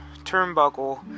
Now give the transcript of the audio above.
turnbuckle